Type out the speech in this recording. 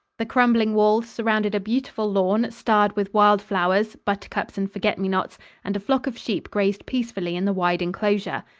the crumbling walls surrounded a beautiful lawn, starred with wild flowers buttercups and forget-me-nots and a flock of sheep grazed peacefully in the wide enclosure.